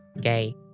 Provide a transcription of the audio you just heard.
gay